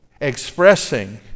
expressing